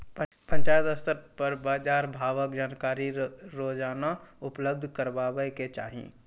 पंचायत स्तर पर बाजार भावक जानकारी रोजाना उपलब्ध करैवाक चाही?